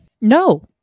no